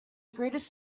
greatest